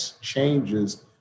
changes